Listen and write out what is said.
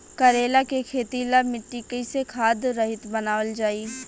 करेला के खेती ला मिट्टी कइसे खाद्य रहित बनावल जाई?